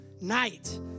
night